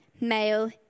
Male